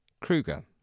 Kruger